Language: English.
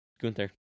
Gunther